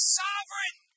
sovereign